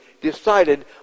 decided